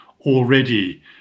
already